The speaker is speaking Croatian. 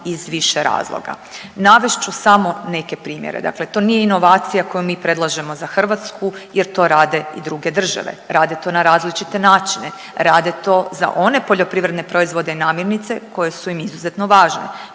iz više razloga. Navest ću samo neke primjere, dakle to nije inovacija koju mi predlažemo za Hrvatsku jer to rade i druge države, rade to na različite načine, rade to za one poljoprivredne proizvode i namirnice koje su im izuzetno važne,